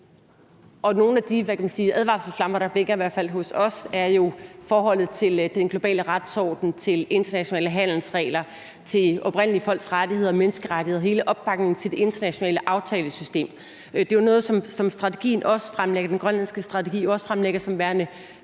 nogle af de advarselslamper, der i hvert fald blinker hos os, er jo forholdet til den globale retsorden, til de internationale handelsregler, til de oprindelige folks rettigheder, menneskerettighederne og hele opbakningen til det internationale aftalesystem, og det er jo også noget, som den grønlandske strategi fremlægger som værende